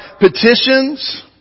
petitions